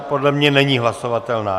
Podle mě není hlasovatelná.